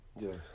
Yes